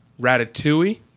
Ratatouille